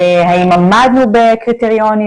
האם עמדנו בקריטריונים.